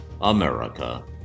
America